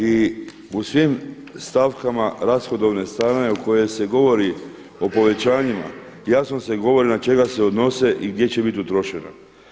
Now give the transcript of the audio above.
I u svim stavkama rashodovne strane u kojoj se govori o povećanjima, jasno se govori na čega se odnose i gdje će biti utrošena.